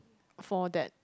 for that